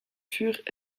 furent